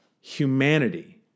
humanity